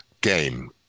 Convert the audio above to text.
game